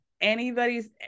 anybody's